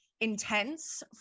intense